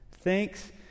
Thanks